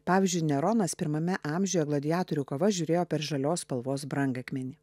pavyzdžiui neronas pirmame amžiuje gladiatorių kovas žiūrėjo per žalios spalvos brangakmenį